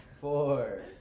Four